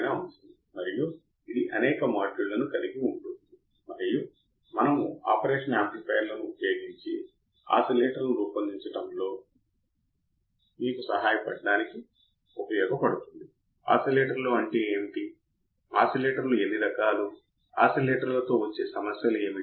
మీకు చెప్పడం input offset current చాలా ముఖ్యమైనది ఇన్పుట్ ఆఫ్సెట్ వోల్టేజ్ చాలా ముఖ్యం ఎందుకంటే ఈ అన్ని విషయాలు మనం ఉపయోగించాలి మరియు మనం తయారు చేయాలి అవుట్పుట్ వోల్టేజ్ అయిన అవుట్పుట్ వోల్టేజ్ సమ తుల్యం